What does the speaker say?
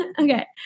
okay